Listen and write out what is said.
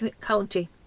county